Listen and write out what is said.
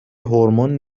هورمون